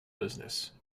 business